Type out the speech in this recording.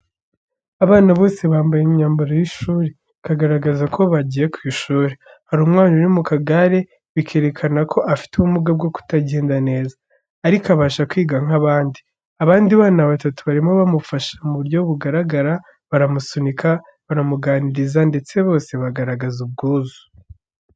Abana bose bambaye imyambaro y’ishuri, bikagaragaza ko bagiye ku ishuri. Hari umwana uri mu kagare bikerekana ko afite ubumuga bwo kutagenda neza, ariko abasha kwiga nk’abandi. Abandi bana batatu barimo bamufasha mu buryo bugaragara baramusunika, baramuganiriza, ndetse bose bagaragaza ubwuzu.